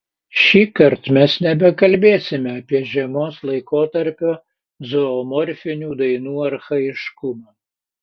šįkart mes nebekalbėsime apie žiemos laikotarpio zoomorfinių dainų archaiškumą